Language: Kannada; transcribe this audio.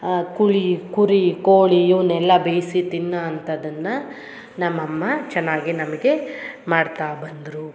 ಆ ಕುಳಿ ಕುರಿ ಕೋಳಿ ಇವ್ನೆಲ್ಲ ಬೇಯ್ಸಿ ತಿನ್ನೋವಂಥದ್ದನ್ನ ನಮ್ಮ ಅಮ್ಮ ಚೆನ್ನಾಗಿ ನಮಗೆ ಮಾಡ್ತಾ ಬಂದರು